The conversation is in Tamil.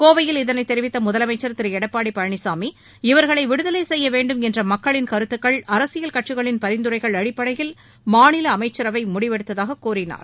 கோவையில் இதனைத் தெரிவித்த முதலமைச்சர் திரு எடப்பாடி பழனிசாமி இவர்களை விடுதலை செய்ய வேண்டுமென்ற மக்களின் கருததுக்கள் அரசியல் கட்சிகளின் பரிந்துரைகள் அடிப்படையில் மாநில அமைச்சரவை முடிவெடுத்ததாகக் கூறினார்